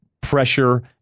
pressure